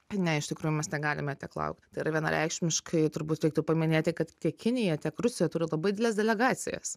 ne iš tikrųjų mes negalime tik laukti tai yra vienareikšmiškai turbūt reiktų paminėti kad tiek kinija tiek rusija turi labai dideles delegacijas